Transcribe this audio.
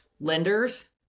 lenders